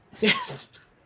yes